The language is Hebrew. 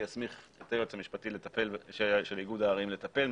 שיסמיך את היועץ המשפטי של איגוד הערים לטפל,